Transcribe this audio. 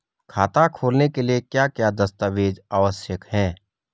खाता खोलने के लिए क्या क्या दस्तावेज़ आवश्यक हैं?